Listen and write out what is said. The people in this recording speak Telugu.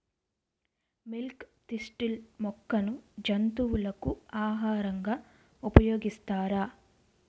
మిల్క్ తిస్టిల్ మొక్కను జంతువులకు ఆహారంగా ఉపయోగిస్తారా?